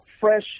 fresh